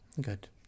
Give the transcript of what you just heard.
Good